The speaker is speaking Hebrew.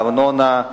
ארנונה,